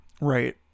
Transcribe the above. right